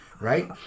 Right